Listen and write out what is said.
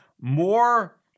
more